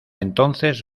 entonces